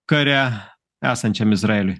kare esančiam izraeliui